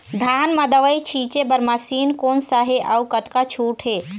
धान म दवई छींचे बर मशीन कोन सा हे अउ कतका छूट हे?